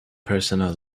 personal